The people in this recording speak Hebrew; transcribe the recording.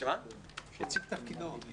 שיציג את תפקידו.